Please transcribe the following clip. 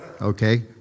Okay